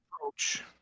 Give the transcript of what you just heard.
approach